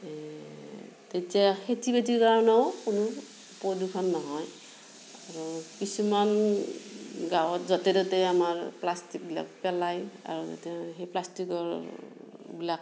এই তেতিয়া খেতি বাতিৰ কাৰণেও কোনো প্ৰদূষণ নহয় আৰু কিছুমান গাঁৱত য'তে ত'তে আমাৰ প্লাষ্টিকবিলাক পেলায় আৰু সেইটো প্লাষ্টিকবিলাক